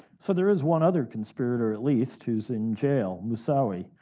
so there is one other conspirator at least who's in jail, moussaoui.